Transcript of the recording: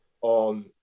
on